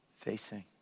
facing